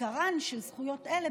עיקרן של זכויות אלה,